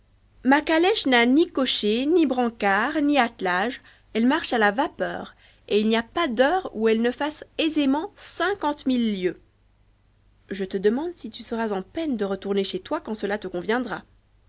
ma calèche n'a ni cocher ni brancards ni attelage elle marche à la vapeur et il n'y a pas d'heure où elle ne fasse aisément cinquante mille lieues je te demande si tu seras en peine de retourner chez toi quand cela te conviendra